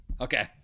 Okay